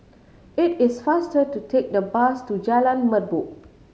it is faster to take the bus to Jalan Merbok